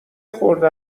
خورده